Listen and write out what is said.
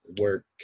work